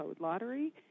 lottery